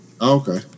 Okay